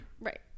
right